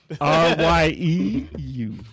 R-Y-E-U